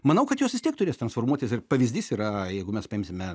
manau kad jos vis tiek turės transformuotis ir pavyzdys yra jeigu mes paimsime